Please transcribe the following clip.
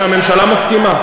והממשלה מסכימה.